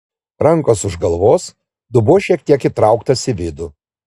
rankos už galvos dubuo šiek tiek įtrauktas į vidų